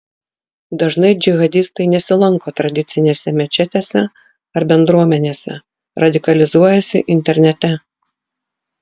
dažnai džihadistai nesilanko tradicinėse mečetėse ar bendruomenėse radikalizuojasi internete